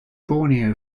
borneo